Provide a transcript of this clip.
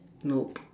nope